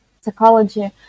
psychology